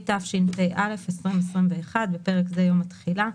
התשפ"א 2021 (בפרק זה, יום התחילה)."